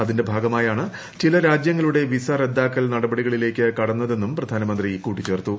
അതിന്റെ ഭാഗമായാണ് ചില രാജ്യങ്ങളുടെ വിസ റദ്ദാക്കൽ നടപടികളിലേയ്ക്ക് കടന്നതെന്നും പ്രധാനമന്ത്രി കൂട്ടിച്ചേർത്തു